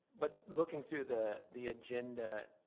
but looking through the the agenda,